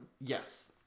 Yes